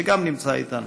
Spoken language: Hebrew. שגם נמצא איתנו.